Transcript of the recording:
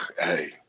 Hey